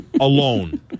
Alone